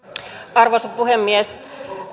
arvoisa puhemies